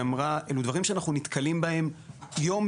אמרה הם דברים שאנחנו נתקלים בהם יום-יום,